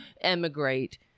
emigrate